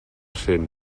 cent